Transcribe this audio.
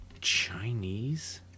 Chinese